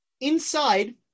inside